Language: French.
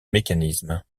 mécanisme